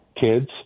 kids